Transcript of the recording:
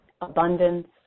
abundance